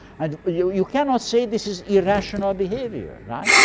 and you cannot say this is irrational behavior. right?